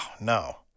no